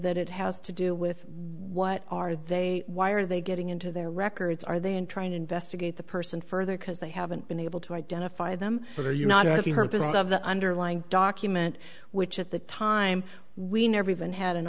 that it has to do with what are they why are they getting into their records are they in trying to investigate the person further because they haven't been able to identify them for you not have you heard of the underlying document which at that time we never even had an